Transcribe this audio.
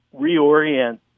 reorient